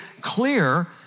clear